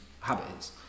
habits